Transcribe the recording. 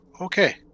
Okay